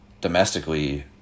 domestically